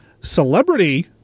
celebrity